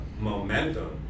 momentum